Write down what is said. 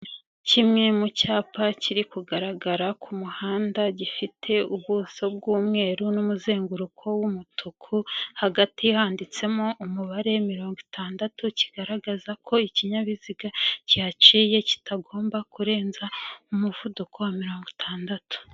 Kimwe mu cyapa kiri kugaragara ku muhanda gifite ubuso bw'umweru n'umuzenguruko w'umutuku, hagati handitsemo umubare mirongo itandatu kigaragaza ko ikinyabiziga kihaciye kitagomba kurenza umuvuduko wa mirongo itandatu.